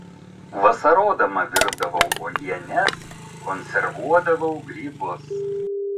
vasarodama virdavau uogienes konservuodavau grybus